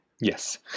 Yes